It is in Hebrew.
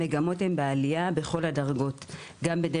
כלומר,